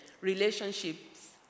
Relationships